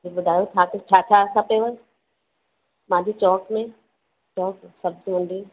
त ॿुधायो तव्हांखे छा छा खपेव मुंहिंजी चौक में चौक में सब्जी मंडी